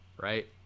right